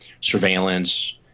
surveillance